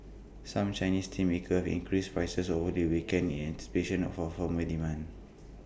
some Chinese steelmakers have increased prices over the weekend in anticipation of A firmer demand